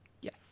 Yes